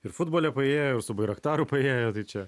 ir futbole paėjo ir su bairaktaru paėjo tai čia